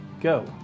go